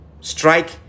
Strike